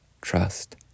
Trust